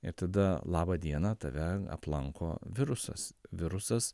ir tada labą dieną tave aplanko virusas virusas